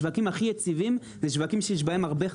השווקים הכי יציבים זה שווקים שיש בהם הרבה שחקנים,